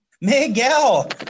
Miguel